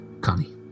Connie